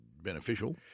beneficial